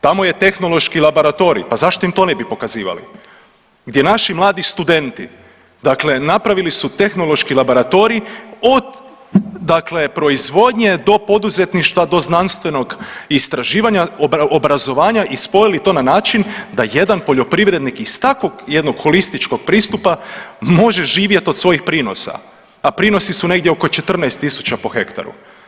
Tamo je tehnološki laboratorij, pa zašto im to ne bi pokazivali gdje naši mladi studenti dakle napravili su tehnološki laboratorij od dakle proizvodnje do poduzetništva do znanstvenog istraživanja i obrazovanja i spojili to na način da jedan poljoprivrednik iz takvog jednog holističkog pristupa može živjet od svojih prinosa, a prinosi su negdje oko 14 tisuća po hektaru.